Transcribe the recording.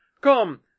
Come